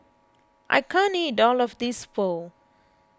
I can't eat all of this Pho